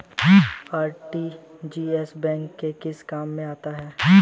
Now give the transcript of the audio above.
RTGS bank के किस काम में आता है?